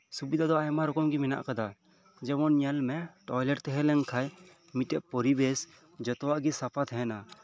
ᱥᱩᱵᱤᱫᱷᱟ ᱫᱚ ᱟᱭᱢᱟ ᱨᱚᱠᱚᱢ ᱜᱮ ᱢᱮᱱᱟᱜ ᱠᱟᱫᱟ ᱡᱮᱢᱚᱱ ᱧᱮᱞ ᱢᱮ ᱴᱚᱭᱞᱮᱴ ᱛᱟᱸᱦᱮ ᱞᱮᱱᱠᱷᱟᱡ ᱢᱤᱫᱴᱮᱡ ᱯᱚᱨᱤᱵᱮᱥ ᱡᱚᱛᱚᱣᱟᱜ ᱜᱮ ᱥᱟᱯᱷᱟ ᱛᱟᱸᱦᱮᱱᱟ